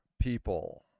people